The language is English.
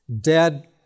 dead